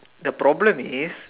the problem is